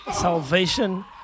salvation